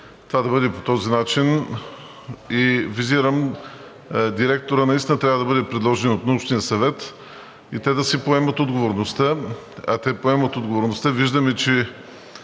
това да бъде по този начин. Визирам, че директорът наистина трябва да бъде предложен от научния съвет и те да си поемат отговорността, а те поемат отговорността. Виждаме, че